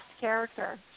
character